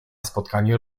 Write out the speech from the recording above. spotkanie